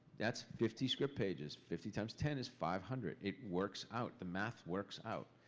that's fifty script pages. fifty times ten is five hundred, it works out, the math works out.